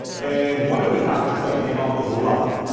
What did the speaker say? and one of the topics that came up was love.